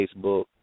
Facebook